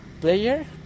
player